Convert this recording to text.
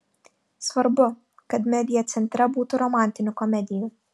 svarbu kad media centre būtų romantinių komedijų